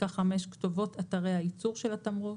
כתובות אתרי הייצור של התמרוק.